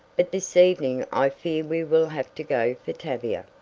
but this evening i fear we will have to go for tavia.